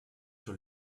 sur